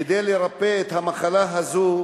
כדי לרפא את המחלה הזאת